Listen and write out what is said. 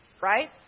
right